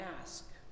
ask